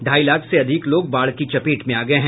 ढ़ाई लाख से अधिक लोग बाढ़ की चपेट में आ गये है